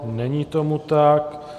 Není tomu tak.